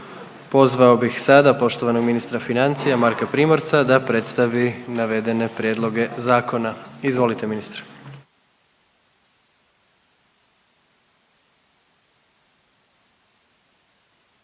Pozvao bih sada poštovanog ministra financija Marka Primorca da predstavi navedene prijedloge zakona. Izvolite ministre.